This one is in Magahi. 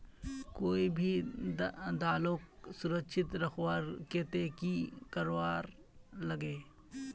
कोई भी दालोक सुरक्षित रखवार केते की करवार लगे?